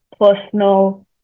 personal